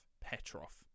Petrov